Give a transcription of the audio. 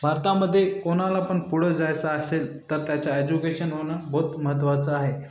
भारतामध्ये कोणाला पण पुढं जायचं असेल तर त्याच्या एज्युकेशन होणं भोत महत्त्वाचं आहे